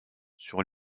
sur